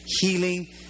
healing